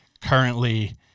currently